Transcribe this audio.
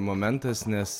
momentas nes